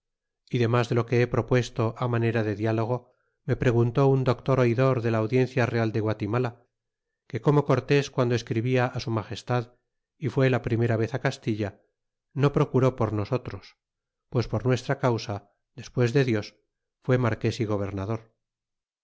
y demas de lo que he propuesto manera de diálogo me pregunte un doctor oidor de la audiencia real de guatimala que como cortes guando escribia á su magestad y fué la primera vez á castilla no procuró por nosotros pues por nuestra causa despues de dios fue marques y gobernador